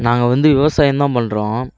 நாங்கள் வந்து விவசாயம்தான் பண்ணுறோம்